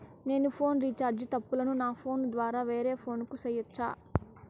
నేను phone recharge తప్పులను నా ఫోను ద్వారా వేరే ఫోను కు సేయొచ్చా?